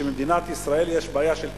שבמדינת ישראל יש בעיה של כסף,